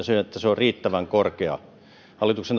se että työllisyysaste on riittävän korkea hallituksen